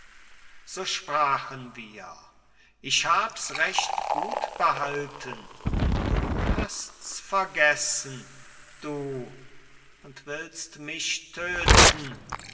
so sprachen wir ich hab's recht gut behalten du hast's vergessen du und willst mich tödten